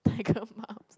tiger moms